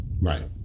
right